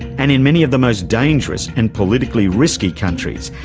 and in many of the most dangerous and political risky countries,